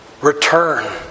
return